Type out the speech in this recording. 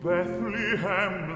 Bethlehem